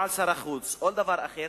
או על שר החוץ או על דבר אחר,